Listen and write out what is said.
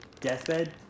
Deathbed